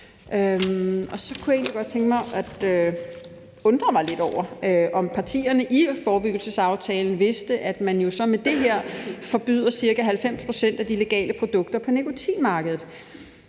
godt kunne tænke mig at spørge om, nemlig om partierne i forbindelse med forebyggelsesaftalen vidste, at man jo så med det her forbyder ca. 90 pct. af de legale produkter på nikotinmarkedet,